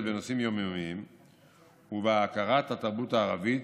בנושאים יום-יומיים ובהכרת התרבות הערבית,